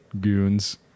goons